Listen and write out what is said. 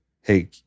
hey